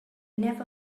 never